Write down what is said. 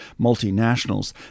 multinationals